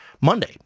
Monday